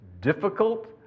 difficult